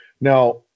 now